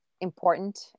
important